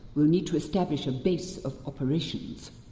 we'll need to establish a base of operations,